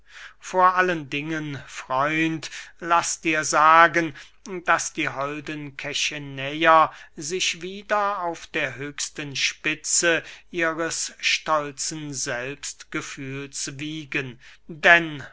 vor allen dingen freund laß dir sagen daß die holden kechenäer sich wieder auf der höchsten spitze ihres stolzen selbstgefühls wiegen denn